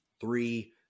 three